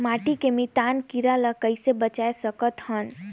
माटी के मितान कीरा ल कइसे बचाय सकत हन?